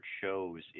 shows